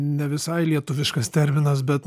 ne visai lietuviškas terminas bet